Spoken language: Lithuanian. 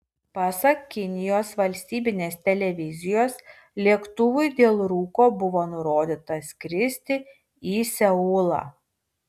pasak kinijos valstybinės televizijos lėktuvui dėl rūko buvo nurodyta skristi į seulą